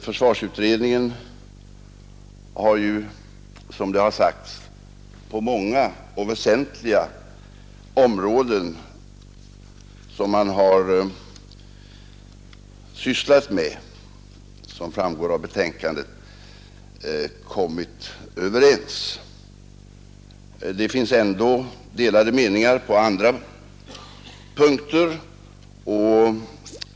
Försvarsutredningen har, som framgår av dess betänkande och som framhållits i debatten, på många väsentliga områden kommit överens. På andra punkter har meningarna varit delade.